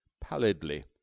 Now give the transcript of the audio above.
pallidly